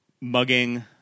mugging